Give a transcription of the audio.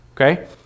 Okay